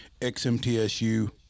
XMTSU